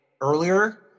earlier